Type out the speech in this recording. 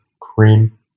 cream